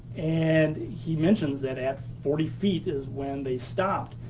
and he mentions that at forty feet is when they stopped.